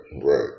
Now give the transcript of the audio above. right